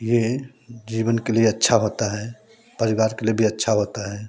ये जीवन के लिए अच्छा होता है परिवार के लिए भी अच्छा होता है